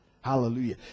Hallelujah